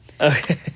Okay